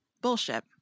Bullshit